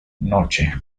noche